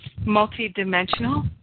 multi-dimensional